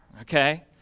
Okay